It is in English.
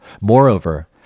Moreover